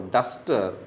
Duster